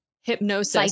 hypnosis